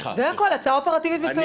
זה הכול, הצעה אופרטיבית מצוינת.